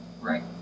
Right